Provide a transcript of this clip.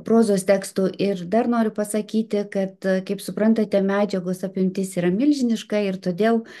prozos tekstų ir dar noriu pasakyti kad kaip suprantate medžiagos apimtis yra milžiniška ir todėl a